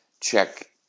check